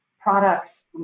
products